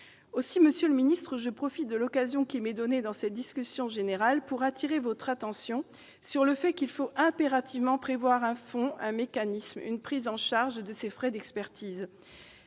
Aussi, monsieur le ministre, je profite de l'occasion qui m'est donnée dans cette discussion générale pour appeler votre attention sur le fait qu'il faut impérativement prévoir un fonds, un mécanisme, une prise en charge de ces frais d'expertise.